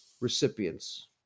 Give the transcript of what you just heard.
recipients